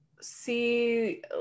see